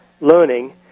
learning